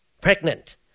pregnant